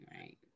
Right